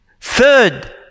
third